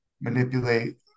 manipulate